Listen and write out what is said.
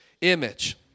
image